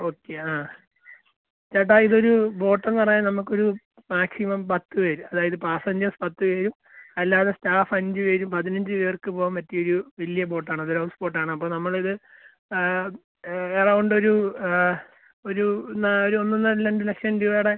okay ആ ചേട്ടാ ഇതൊരു ബോട്ട് എന്ന് പറഞ്ഞാൽ നമുക്കൊരു മാക്സിമം പത്ത് പേര് അതായത് പാസൻഞ്ചേഴ് പത്ത് പേരും അല്ലാതെ സ്റ്റാഫ് അഞ്ച് പേരും പതിനഞ്ച് പേർക്ക് പോകാൻ പറ്റിയൊരു വലിയ ബോട്ട് ആണ് അതൊരു ഹൗസ്ബോട്ട് ആണ് അപ്പോൾ നമ്മളിത് എറൗണ്ട് ഒരു അ ഒരു ഒരു ഒന്നൊന്നര രണ്ട് ലക്ഷം രൂപയുടെ